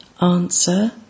Answer